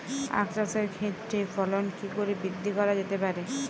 আক চাষের ক্ষেত্রে ফলন কি করে বৃদ্ধি করা যেতে পারে?